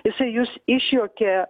jisai jus išjuokė